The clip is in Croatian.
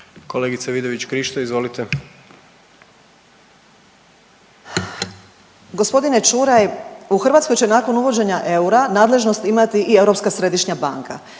Karolina (Nezavisni)** Gospodine Čuraj, u Hrvatskoj će nakon uvođenja eura nadležnost imati i Europska središnja banka.